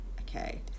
Okay